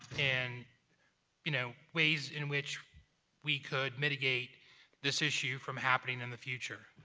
and you know, ways in which we could mitigate this issue from happening in the future.